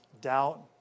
Doubt